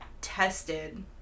tested